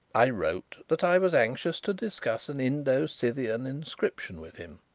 i wrote that i was anxious to discuss an indo-scythian inscription with him,